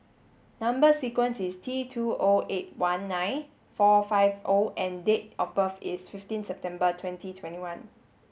number sequence is T two O eight one nine four five O and date of birth is fifteen September twenty twenty one